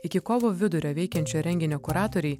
iki kovo vidurio veikiančio renginio kuratoriai